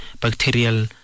bacterial